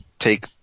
Take